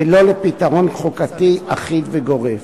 ולא לפתרון חוקתי אחיד וגורף.